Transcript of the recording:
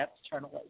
externally